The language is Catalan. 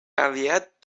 aviat